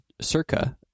Circa